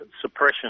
suppression